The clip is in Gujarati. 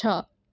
છ